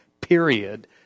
period